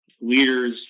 leaders